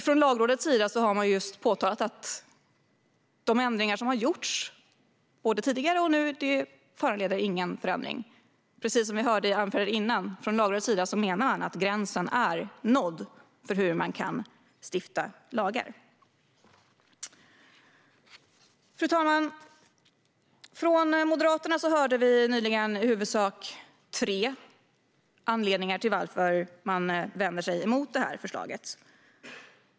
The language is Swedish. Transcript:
Från Lagrådets sida har man framhållit att de ändringar i lagförslaget som har gjorts både tidigare och nu inte föranleder någon förändring i Lagrådets inställning. Precis som vi hörde i det tidigare anförandet menar Lagrådet att gränsen för hur man kan stifta lagar nu är nådd. Fru talman! Från Moderaterna hörde vi i huvudsak tre anledningar till att man vänder sig mot förslaget.